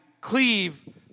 cleave